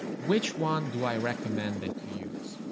which one do i recommend that you use?